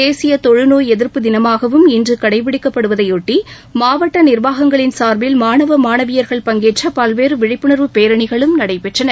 தேசிய தொழுநோய் எதிர்ப்பு தினமாகவும் இன்று கடைபிடிக்கப்படுவதையொட்டி மாவட்ட நிர்வாகங்களின் சார்பில் மாணவ மாணவியர்கள் பங்கேற்ற பல்வேறு விழிப்புணர்வு பேரணிகளும் நடைபெற்றன